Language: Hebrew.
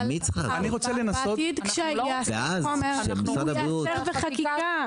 אבל בעתיד כשייאסר חומר הוא ייאסר בחקיקה.